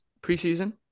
preseason